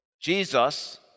Jesus